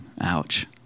ouch